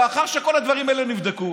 לאחר שכל הדברים האלה נבדקו,